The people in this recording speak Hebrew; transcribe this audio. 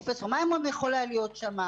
פרופ' מימון יכול להיות שם.